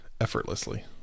effortlessly